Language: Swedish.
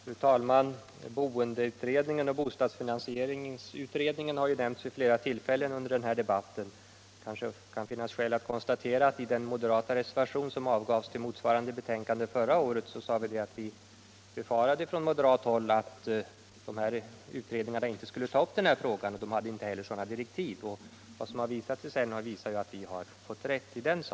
Fru talman! Boendeutredningen och bostadsfinansieringsutredningen har nämnts vid flera tillfällen under denna debatt. Det kan kanske finnas skäl att konstatera att i den moderata reservation som avgavs till motsvarande betänkande förra året befarade vi att dessa utredningar inte skulle ta upp den här frågan — de hade inte heller sådana direktiv. Det har sedan visat sig att vi har fått rätt i detta.